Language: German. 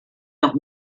noch